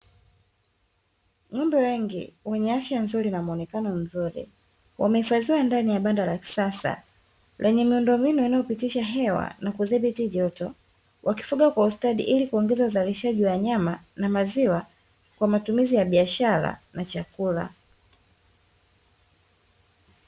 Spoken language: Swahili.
Ng'ombe wengi wenye afya nzuri na muonekano mzuri, wamehifadhiwa ndani ya banda la kisasa lenye miundombinu inayopitisha hewa na kudhibiti joto, wakifuga kwa ustadi ili kuongeza uzalishaji wa nyama na maziwa kwa matumizi ya biashara na chakula.